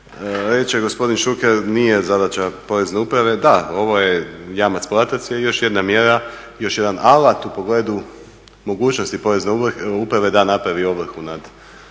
Reče gospodin Šuker nije zadaća Porezne uprave, da, ovo je jamac-platac je još jedna mjera, još jedan alat u pogledu mogućnosti Porezne uprave da napravi ovrhu nad